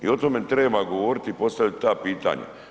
I o tome treba govoriti i postavit ta pitanja.